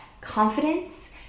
confidence